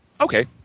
Okay